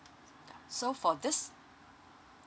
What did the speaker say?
so for this